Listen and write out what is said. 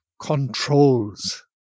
controls